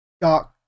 dark